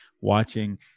watching